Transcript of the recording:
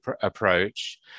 approach